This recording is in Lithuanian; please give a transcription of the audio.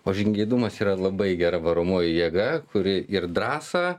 o žingeidumas yra labai gera varomoji jėga kuri ir drąsą